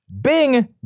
Bing